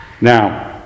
Now